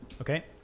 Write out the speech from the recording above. Okay